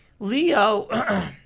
Leo